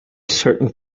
certain